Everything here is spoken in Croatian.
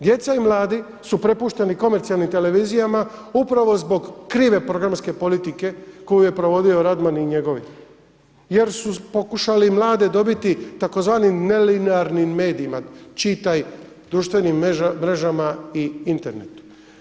Djeca i mladi su prepušteni komercijalnim televizijama upravo zbog krive programske politike koju je provodio Radman i njegovi jer su pokušali mlade dobiti tzv. nelinearnim medijima, čitaj društvenim mrežama i internetu.